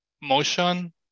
motion